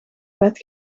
bed